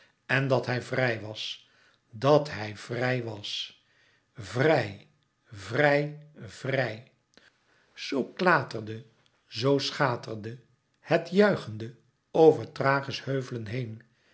en dat hij vrij was dat hij vrij was vrij vrij vrij zoo klaterde zoo schaterde het juichende over thrachis heuvelen heen